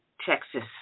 Texas